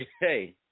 Hey